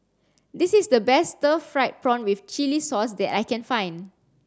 this is the best stir fried prawn with chili sauce that I can find